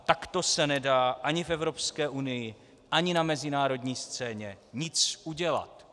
Takto se nedá ani v Evropské unii ani na mezinárodní scéně nic udělat.